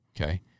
Okay